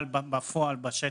אבל בפועל, בשטח,